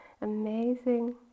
amazing